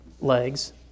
legs